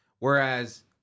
Whereas